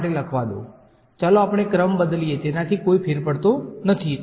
મને પાથ 3 માટે લખવા દો ચાલો આપણે ક્રમ બદલીએ તેનાથી કોઈ ફરક પડતો નથી